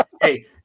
Hey